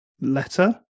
letter